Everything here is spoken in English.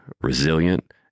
resilient